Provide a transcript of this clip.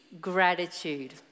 gratitude